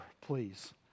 please